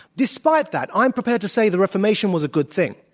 despite that, i'm prepared to say the reformation was a good thing.